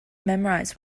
memorize